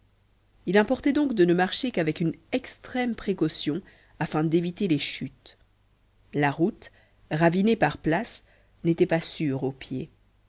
il importait donc de ne marcher qu'avec une extrême précaution afin d'éviter les chutes la route ravinée par places n'était pas sûre au pied